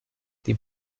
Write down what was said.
die